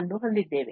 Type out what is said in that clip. ಅನ್ನು ಹೊಂದಿದ್ದೇವೆ